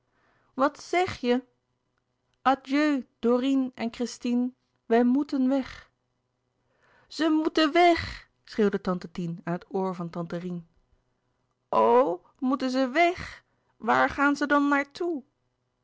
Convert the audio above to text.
wat zèg je adieu dorine en christine wij moeten weg ze moeten weg schreeuwde tante tien aan het oor van tante rien o moeten ze weg waar gaan ze dan naar toe